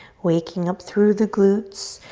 waking up through the glutes,